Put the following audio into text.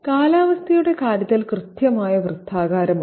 കാലാവസ്ഥയുടെ കാര്യത്തിൽ കൃത്യമായ വൃത്താകാരമുണ്ട്